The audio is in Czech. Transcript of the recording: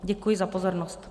Děkuji za pozornost.